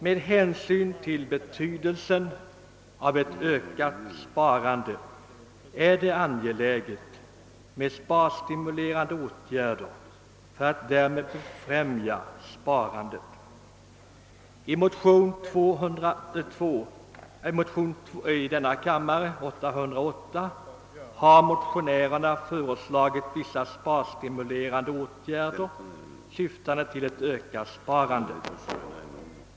Med tanke på betydelsen av ett ökat sparande är det angeläget med sparstimulerande åtgärder. I motion II: 808 har föreslagits vissa sparstimulerande åtgärder.